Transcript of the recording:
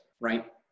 right